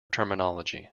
terminology